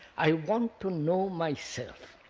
i want to know myself?